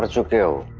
but fulfill